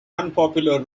unpopular